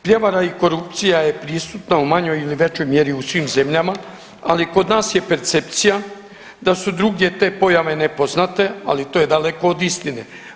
Prijevara i korupcija je prisutna u manjoj ili većoj mjeri u svim zemljama, ali kod nas je percepcija da su drugdje te pojave nepoznate, ali to je daleko od istine.